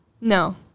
no